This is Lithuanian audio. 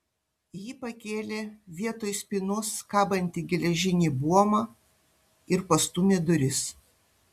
ji pakėlė vietoj spynos kabantį geležinį buomą ir pastūmė duris